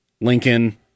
Lincoln